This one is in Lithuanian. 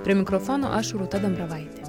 prie mikrofono aš rūta dambravaitė